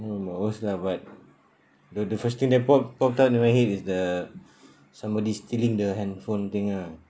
not my worst lah but the the first thing that pop popped up in my head is the somebody stealing the handphone thing ah